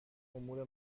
امور